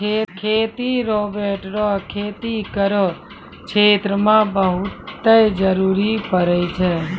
खेती रोवेट रो खेती करो क्षेत्र मे बहुते जरुरी पड़ै छै